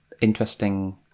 interesting